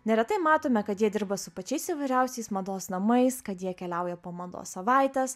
neretai matome kad jie dirba su pačiais įvairiausiais mados namais kad jie keliauja po mados savaites